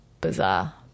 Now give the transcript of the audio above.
bizarre